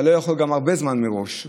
אתה לא יכול הרבה זמן מראש,